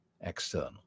external